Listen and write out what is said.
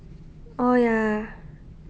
oh ya